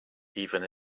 even